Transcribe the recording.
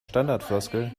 standardfloskel